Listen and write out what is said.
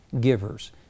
givers